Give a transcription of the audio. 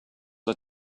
are